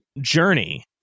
journey